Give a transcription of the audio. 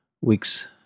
weeks